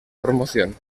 promoción